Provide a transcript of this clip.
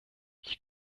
ich